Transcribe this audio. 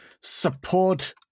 support